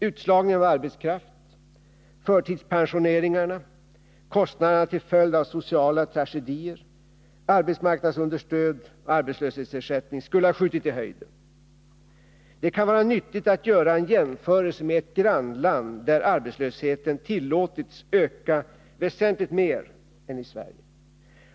Utslagningen av arbetskraft, förtidspensioneringarna, kostnaderna till följd av sociala tragedier, arbetsmarknadsunderstöd och arbetslöshetsersättning skulle ha skjutit i höjden. Det kan vara nyttigt att göra en jämförelse med ett grannland där arbetslösheten tillåtits öka väsentligt mer än i Sverige.